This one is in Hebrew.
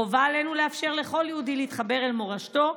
חובה עלינו לאפשר לכל יהודי להתחבר אל מורשתו,